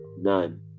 None